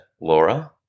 Laura